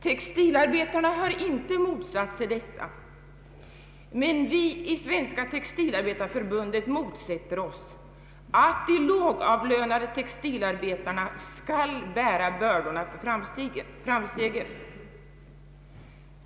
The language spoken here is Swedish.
Textilarbetarna har inte motsatt sig detta, men inom Svenska textilarbetareförbundet motsätter vi oss att de lågavlönade textilarbetarna skall bära bördorna för framstegen.